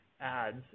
ads